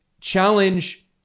challenge